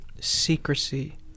secrecy